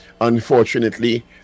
Unfortunately